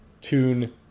tune